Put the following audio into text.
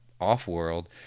off-world